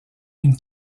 une